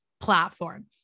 platform